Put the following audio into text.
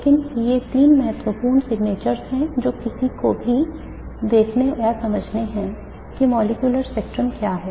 लेकिन ये तीन महत्वपूर्ण signatures हैं जो किसी को देखने या समझने में हैं कि मॉलिक्यूलर स्पेक्ट्रम क्या है